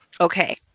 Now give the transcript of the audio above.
Okay